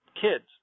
kids